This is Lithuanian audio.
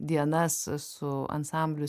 dienas su ansambliu